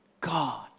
God